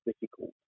difficult